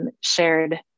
shared